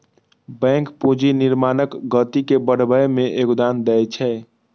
bank पूंजी निर्माणक गति के बढ़बै मे योगदान दै छै